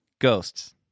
Ghosts